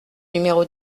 numéro